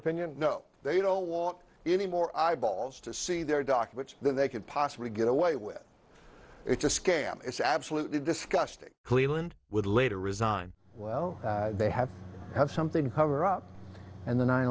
opinion no they don't want any more eyeballs to see their documents that they could possibly get away with it's a scam it's absolutely disgusting cleveland would later resign well they have to have something to cover up and the nine